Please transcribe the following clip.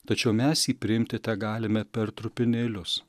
tačiau mes jį priimti tegalime per trupinėlius